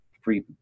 free